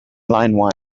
line